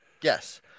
Yes